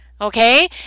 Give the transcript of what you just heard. Okay